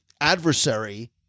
adversary